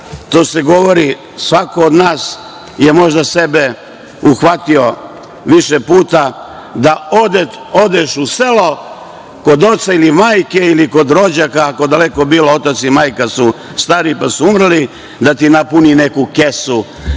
gradskoj. Svako od nas je možda sebe uhvatio više puta da ode u selo kod oca ili majke ili kod rođaka, ako su daleko bilo otac i majka stari pa su umrli, da ti napuni neku kesu,